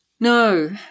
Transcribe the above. No